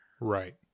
Right